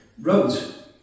wrote